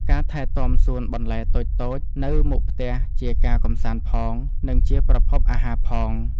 ការថែទាំសួនបន្លែតូចៗនៅមុខផ្ទះជាការកម្សាន្តផង និងជាប្រភពអាហារផង។